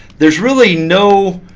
there's really no